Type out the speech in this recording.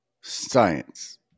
science